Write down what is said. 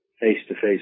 face-to-face